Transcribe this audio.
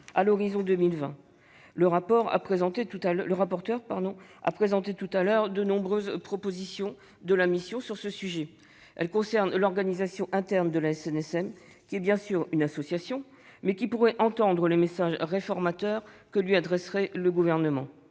à l'horizon de 2020. Le rapporteur a présenté les nombreuses propositions de la mission sur ce sujet. Elles concernent l'organisation interne de la SNSM, qui est bien sûr une association, mais qui pourrait entendre les messages réformateurs que lui adresserait le Gouvernement.